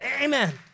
Amen